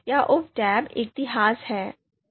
यह उप टैब इतिहास है